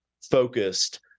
focused